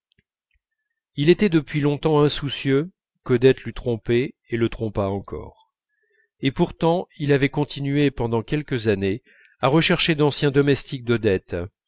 il était depuis longtemps insoucieux qu'odette l'eût trompé et le trompât encore et pourtant il avait continué pendant quelques années à rechercher d'anciens domestiques d'odette